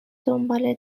دنباله